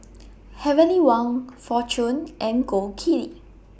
Heavenly Wang Fortune and Gold Kili